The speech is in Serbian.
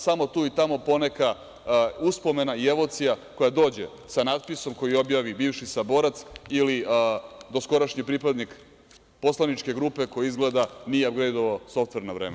Samo tu i tamo po neka uspomena ili emocija koja dođe sa natpisom koji objavi bivši saborac ili doskorašnji pripadnik poslaničke grupe koji nije abdejtovao softver na vreme.